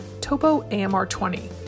TopoAMR20